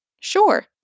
Sure